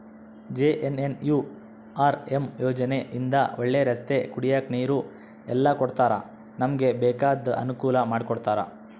JNNURM ಯೋಜನೆ ಇಂದ ಒಳ್ಳೆ ರಸ್ತೆ ಕುಡಿಯಕ್ ನೀರು ಎಲ್ಲ ಕೊಡ್ತಾರ ನಮ್ಗೆ ಬೇಕಾದ ಅನುಕೂಲ ಮಾಡಿಕೊಡ್ತರ